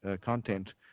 content